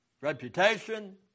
reputation